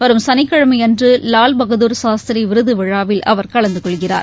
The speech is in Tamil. வரும் சனிக்கிழமைஅன்றுலால் பகதூர் சாஸ்திரிவிருதுவிழாவில் அவர் கலந்துகொள்கிறார்